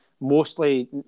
mostly